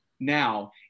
Now